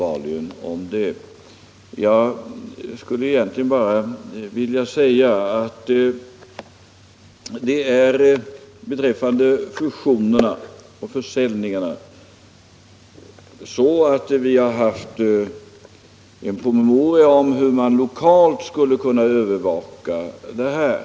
Om ökad spridning Jag skulle egentligen bara vilja säga att vi har haft en promemoria = av sysselsättningen i om hur man lokalt skall kunna övervaka fusionerna och försäljningarna.